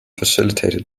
facilitated